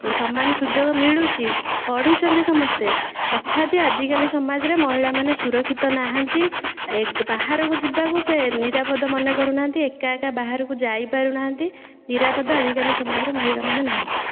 ସମାନ ସୁଯୋଗ ମିଳୁଛି ପଢ଼ୁଛନ୍ତି ସମସ୍ତେ ତଥାପି ଆଜିକାଲି ସମାଜରେ ମହିଳା ମାନେ ସୁରକ୍ଷିତ ନାହାନ୍ତି ବାହାରକୁ ଯିବାକୁ ସେ ନିରାପଦ ମନେ କରୁନାହାନ୍ତି ଏକାଏକା ବାହାରକୁ ଯାଇପାରୁ ନାହାନ୍ତି ନିରାପଦ ଆଜିକାଲି ସମାଜରେ ମହିଳା ମାନେ ନାହାନ୍ତି